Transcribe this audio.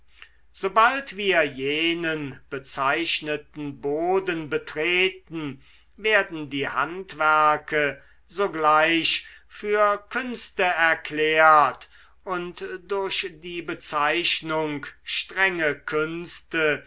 sobald wir jenen bezeichneten boden betreten werden die handwerke sogleich für künste erklärt und durch die bezeichnung strenge künste